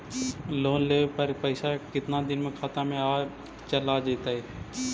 Loan लेब पर पैसा कितना दिन में खाता में चल आ जैताई?